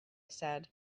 said